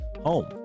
home